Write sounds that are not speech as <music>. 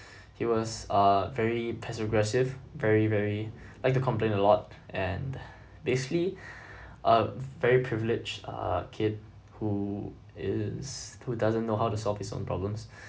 <breath> he was ah very passive aggressive very very like to complain a lot and basically <breath> a very privileged uh kid who is who doesn't know how to solve his own problems